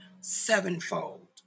sevenfold